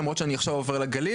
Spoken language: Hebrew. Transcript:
למרות שאני עובר עכשיו לגליל,